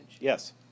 yes